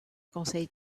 conseille